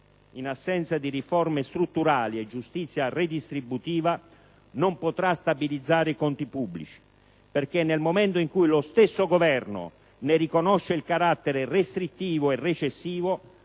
in assenza di riforme strutturali e giustizia redistributiva, non potrà stabilizzare i conti pubblici. Infatti, nel momento in cui lo stesso Governo ne riconosce il carattere restrittivo e recessivo,